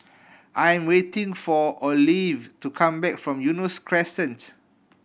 I am waiting for Olive to come back from Eunos Crescent